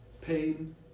Pain